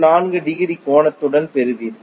34 degree கோணத்துடன் பெறுவீர்கள்